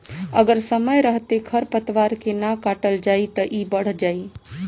अगर समय रहते खर पातवार के ना काटल जाइ त इ बढ़ जाइ